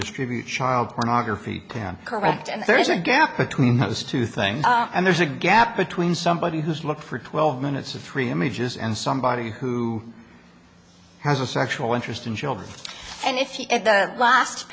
distribute child pornography him correct and there is a gap between those two things and there's a gap between somebody who's looked for twelve minutes or three images and somebody who has a sexual interest in children and if you read the last